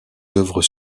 œuvres